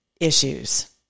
issues